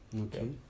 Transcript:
Okay